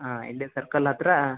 ಹಾಂ ಐದನೇ ಸರ್ಕಲ್ ಹತ್ತಿರ